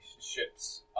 ships